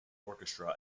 orchestra